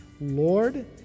Lord